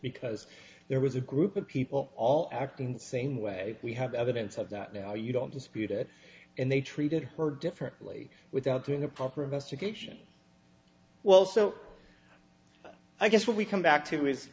because there was a group of people all acting the same way we have evidence of that now you don't dispute it and they treated her differently without doing a proper investigation well so i guess what we come back to is